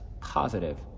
positive